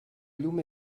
llum